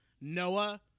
Noah